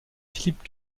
philippe